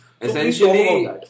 essentially